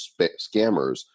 scammers